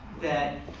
that